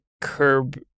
curb